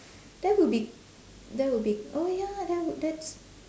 that would be that would be oh ya that would that's